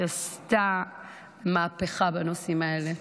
היא עשתה מהפכה בנושאים האלה.